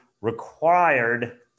required